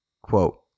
quote